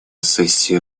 сессия